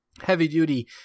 heavy-duty